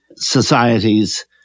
societies